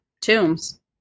tombs